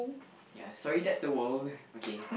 ya sorry that's the world okay